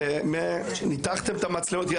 ניתחם את המצלמות?